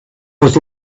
with